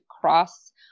cross